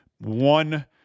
one